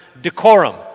decorum